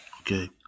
Okay